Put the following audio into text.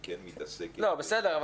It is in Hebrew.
בסדר,